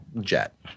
jet